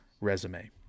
resume